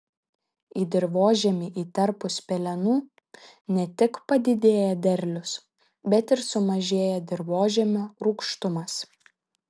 į dirvožemį įterpus pelenų ne tik padidėja derlius bet ir sumažėja dirvožemio rūgštumas